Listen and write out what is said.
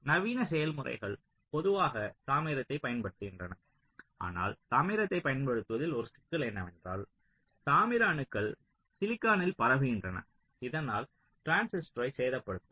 நவீன செயல்முறைகள் பொதுவாக தாமிரத்தைப் பயன்படுத்துகின்றன ஆனால் தாமிரத்தை பயன்படுத்துவதில் ஒரு சிக்கல் என்னவென்றால் தாமிர அணுக்கள் சிலிக்கானில் பரவுகின்றன இதனால் டிரான்சிஸ்டரை சேதப்படுத்தும்